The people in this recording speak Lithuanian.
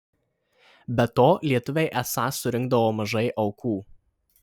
be to lietuviai esą surinkdavo mažai aukų